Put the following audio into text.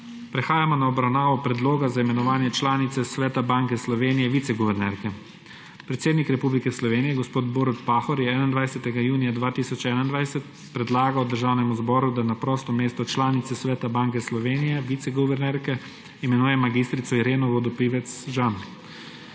Prehajamo na obravnavo Predloga za imenovanje članice Sveta Banke Slovenije − viceguvernerke. Predsednik Republike Slovenije gospod Borut Pahor je 21. junija 2021 predlagal Državnemu zboru, da na prosto mesto članice Sveta Banke Slovenije − viceguvernerke imenuje mag. Ireno Vodopivec Jean.